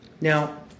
Now